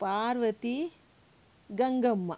Parvati Gangamma